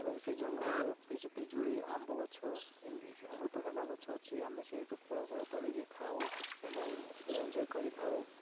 ଏବଂ ସେଇ ଜଙ୍ଗଲରେ କିଛି ପିଜୁଳି ଆମ୍ବ ଗଛ ଅମୃତଭଣ୍ଡା ଗଛ ଅଛି ଆମେ ସେଇଠୁ ଫଳ ଫଳ ତୋଳିକି ଖାଉ ଏବଂ ଏନ୍ଜଏ କରିଥାଉ